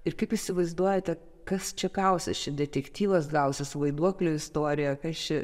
ir kaip jūs įsivaizduojate kas čia gausis čia detektyvas gausis vaiduoklių istorija kas čia